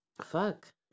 Fuck